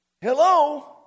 Hello